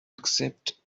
accept